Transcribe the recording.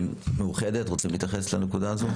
מאוחדת, רוצים להתייחס לנקודה הזו?